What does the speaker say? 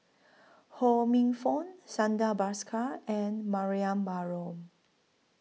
Ho Minfong Santha Bhaskar and Mariam Baharom